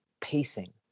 pacing